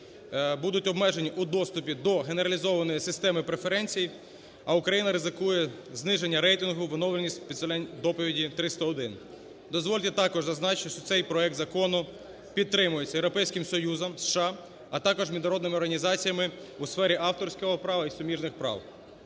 будуть обмежені у доступі до генералізованої системи преференцій, а Україна ризикує зниження рейтингу в оновленій "Спеціальній доповіді 301". Дозвольте також зазначити, що цей проект закону підтримується Європейським Союзом, США, а також міжнародними організаціями у сфері авторського права і суміжних прав.